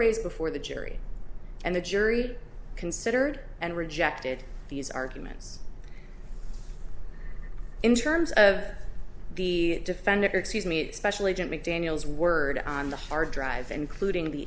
raised before the jury and the jury considered and rejected these arguments in terms of the defendant or excuse me special agent mcdaniels word on the hard drive including the